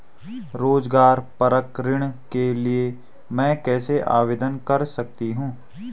रोज़गार परक ऋण के लिए मैं कैसे आवेदन कर सकतीं हूँ?